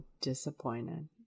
disappointed